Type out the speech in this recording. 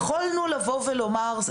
יכולנו לבוא ולומר,